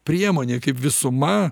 priemonė kaip visuma